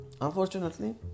unfortunately